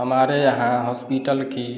हमारे यहाँ हॉस्पिटल की